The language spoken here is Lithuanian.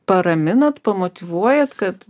paraminat pamotyvuojat kad